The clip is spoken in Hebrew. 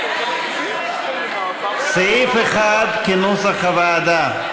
סעיף 1, כהצעת הוועדה,